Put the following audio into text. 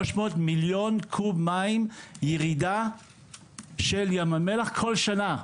מיליון קוב מים ירידה של ים המלח כל שנה.